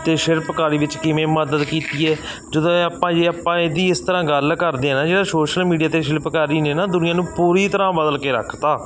ਅਤੇ ਸ਼ਿਲਪਕਾਰੀ ਵਿੱਚ ਕਿਵੇਂ ਮਦਦ ਕੀਤੀ ਹੈ ਜਦੋਂ ਇਹ ਆਪਾਂ ਜੇ ਆਪਾਂ ਇਹਦੀ ਇਸ ਤਰ੍ਹਾਂ ਗੱਲ ਕਰਦੇ ਹਾਂ ਨਾ ਜਿਹੜਾ ਸੋਸ਼ਲ ਮੀਡੀਆ ਅਤੇ ਸ਼ਿਲਪਕਾਰੀ ਨੇ ਨਾ ਦੁਨੀਆਂ ਨੂੰ ਪੂਰੀ ਤਰ੍ਹਾਂ ਬਦਲ ਕੇ ਰੱਖਤਾ